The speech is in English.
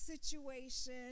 situation